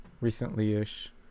recently-ish